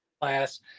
class